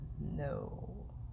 no